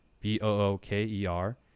B-O-O-K-E-R